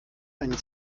einen